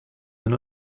and